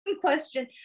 question